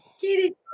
Kitty